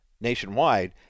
nationwide